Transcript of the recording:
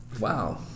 Wow